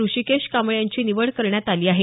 ऋषिकेश कांबळे यांची निवड करण्यात आली आहे